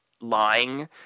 lying